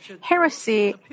heresy